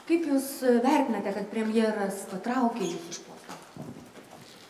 kaip jūs vertinate kad premjeras patraukė jus iš posto